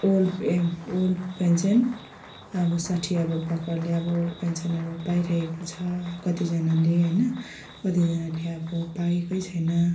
old एम old pension अब साठी एबोभ भएकोहरूले अब ओल्ड पेन्सनहरू पाइरहेको छ कतिजनाले होइन कतिजनाले अब पाएकै छैन